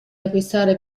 acquistare